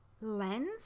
lens